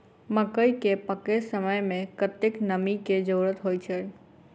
मकई केँ पकै समय मे कतेक नमी केँ जरूरत होइ छै?